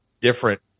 different